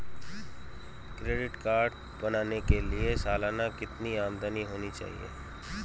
Credit card बनाने के लिए सालाना कितनी आमदनी होनी चाहिए?